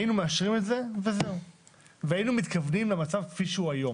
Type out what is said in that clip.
היינו מאשרים את זה והיינו מתכוונים למצב שהוא היום.